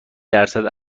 درصد